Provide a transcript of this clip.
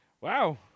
wow